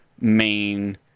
main